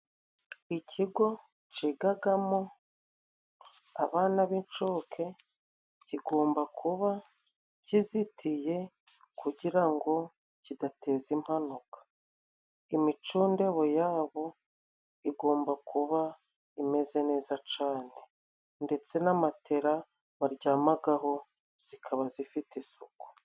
ikigo cyigamo abana b'inshuke kigomba kuba kizitiye, kugira ngo kidateza impanuka. Imyicundebo yabo igomba kuba imeze neza cyane, ndetse n'amatera baryamaho ikaba ifite isuku.